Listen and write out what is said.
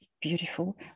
beautiful